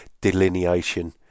delineation